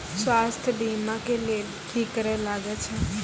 स्वास्थ्य बीमा के लेली की करे लागे छै?